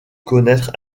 connaître